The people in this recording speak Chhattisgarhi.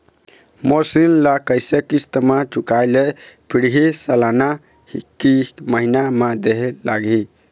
मोर ऋण ला कैसे किस्त म चुकाए ले पढ़िही, सालाना की महीना मा देहे ले लागही?